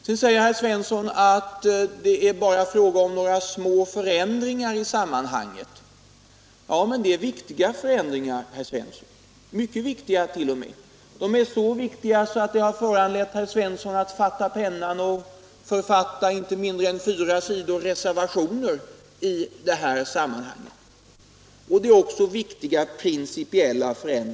Vidare säger herr Svensson att det bara är fråga om några små förändringar i sammanhanget. Ja, men det är viktiga förändringar, herr Svensson, mycket viktiga t.o.m. De är så viktiga att de har föranlett herr Svensson att fatta pennan och författa inte mindre än fyra sidor reservationer till det här betänkandet.